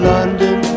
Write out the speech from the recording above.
London